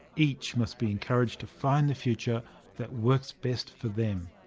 each must be encouraged to find the future that works best for them.